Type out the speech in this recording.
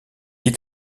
est